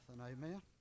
amen